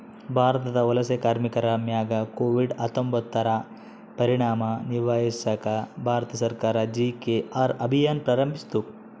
ಭಾರತದ ವಲಸೆ ಕಾರ್ಮಿಕರ ಮ್ಯಾಗ ಕೋವಿಡ್ ಹತ್ತೊಂಬತ್ತುರ ಪರಿಣಾಮ ನಿಭಾಯಿಸಾಕ ಭಾರತ ಸರ್ಕಾರ ಜಿ.ಕೆ.ಆರ್ ಅಭಿಯಾನ್ ಪ್ರಾರಂಭಿಸಿತು